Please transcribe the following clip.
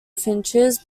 finches